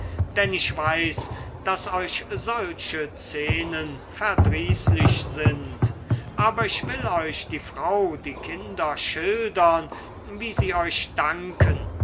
denn ich weiß daß euch solche szenen verdrießlich sind aber ich will euch die frau die kinder schildern wie sie euch danken